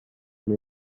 and